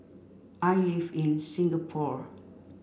I live in Singapore